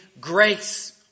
grace